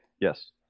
Yes